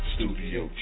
Studio